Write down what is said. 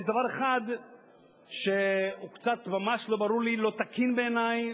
יש דבר אחד שממש לא ברור לי ולא תקין בעיני,